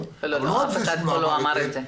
אף אחד פה לא אמר את זה.